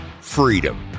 freedom